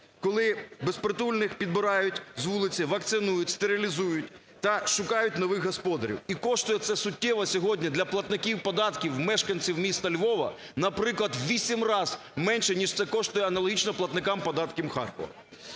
коли безпритульних підбирають з вулиці, вакцинують, стерилізують та шукають нових господарів. І коштує це суттєво сьогодні для платників податків мешканців міста Львова, наприклад, в вісім раз менше, ніж це коштує аналогічно платникам подаків Харкова.